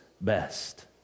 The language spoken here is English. best